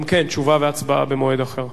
גם כן תשובה והצבעה במועד אחר.